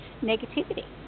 negativity